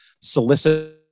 solicit